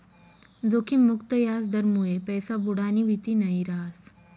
जोखिम मुक्त याजदरमुये पैसा बुडानी भीती नयी रहास